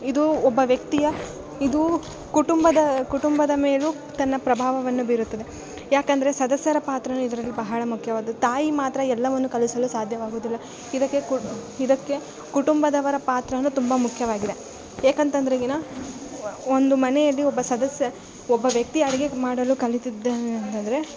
ಇದು ಒಬ್ಬ ವ್ಯಕ್ತಿಯ ಇದು ಕುಟುಂಬದ ಕುಟುಂಬದ ಮೇಲು ತನ್ನ ಪ್ರಭಾವವನ್ನು ಬೀರುತ್ತದೆ ಯಾಕಂದರೆ ಸದಸ್ಯರ ಪಾತ್ರ ಇದರಲ್ಲಿ ಬಹಳ ಮುಖ್ಯವಾದುದ್ ತಾಯಿ ಮಾತ್ರ ಎಲ್ಲವನ್ನು ಕಲಿಸಲು ಸಾಧ್ಯವಾಗುವುದಿಲ್ಲ ಇದಕ್ಕೆ ಕುಡ ಇದಕ್ಕೆ ಕುಟುಂಬದವರ ಪಾತ್ರಾ ತುಂಬ ಮುಖ್ಯವಾಗಿದೆ ಏಕಂತಂದ್ರೆಗಿನ ಒಂದು ಮನೆಯಲ್ಲಿ ಒಬ್ಬ ಸದಸ್ಯ ಒಬ್ಬ ವ್ಯಕ್ತಿ ಅಡುಗೆ ಮಾಡಲು ಕಲಿತ್ತಿದ್ದಾನೆ ಅಂತಂದರೆ